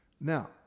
Now